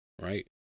right